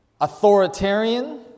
authoritarian